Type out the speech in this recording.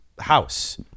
house